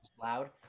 loud